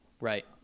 Right